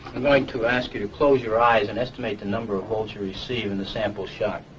i'm going to ask you to close your eyes and estimate the number of volts you receive in the sample shock.